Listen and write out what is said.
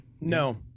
No